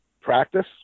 practice